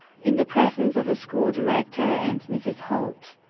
in the presence of the school director and mrs. holt.